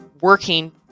working